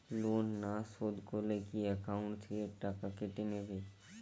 Loan না শোধ করলে কি একাউন্ট থেকে টাকা কেটে নেবে?